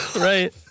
Right